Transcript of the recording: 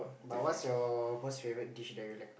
but what's your most favourite dish that you like